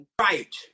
right